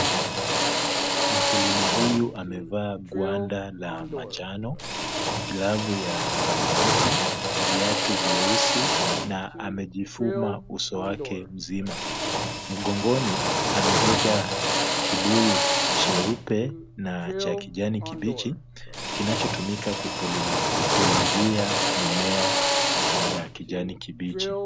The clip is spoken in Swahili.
Mkulima huyu amevaa gwanda la manjano, galvu ya samawati, viatu vyeusi na amejifuma uso wake mzima. Mgongoni amebeba kibuyu cheupe na cha kijani kimbichi kinachotumika kupulizia mimea ya kijani kimbichi.